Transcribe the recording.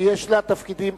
כי יש לה תפקיד מוגדר.